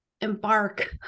embark